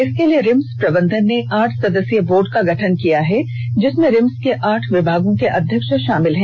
इसके लिए रिम्स प्रबंधन ने आठ सदस्यीय बोर्ड का गठन किया है जिसमें रिम्स के आठ विभागों के अध्यक्ष षामिल है